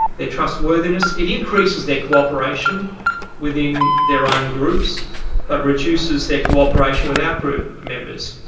their trust worthiness, it increases their co-operation within their own groups but reduces their co-operation with out group members.